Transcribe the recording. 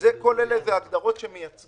באופן כללי העמדה שלנו היא שלא נכון לעודד